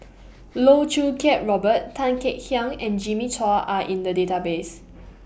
Loh Choo Kiat Robert Tan Kek Hiang and Jimmy Chua Are in The Database